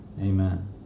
amen